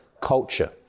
culture